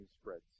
spreads